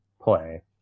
play